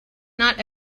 not